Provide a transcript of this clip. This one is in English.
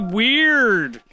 weird